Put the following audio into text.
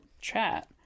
chat